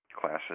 classes